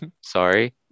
sorry